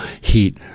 heat